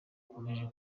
bukomeje